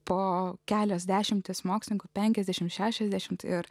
po kelios dešimtys mokslininkų penkiasdešimt šešiasdešimt ir